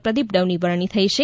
પ્રદીપ ડવની વરણી થઇ છે